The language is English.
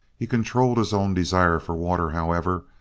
he controlled his own desire for water, however,